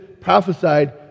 prophesied